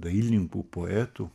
dailininkų poetų